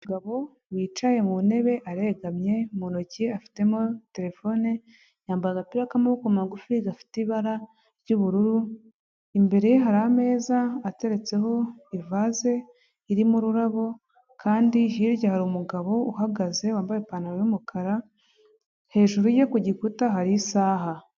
Umugabo wicaye mu ntebe aregamye mu ntoki afitemo terefone yambaye agapira k'amaboko magufi gafite ibara ry'ubururu, imbere hari ameza ateretseho ivase irimo ururabo kandi hirya hari umugabo uhagaze wambaye ipantaro yumukara hejuru ye ku gikuta hari isaha.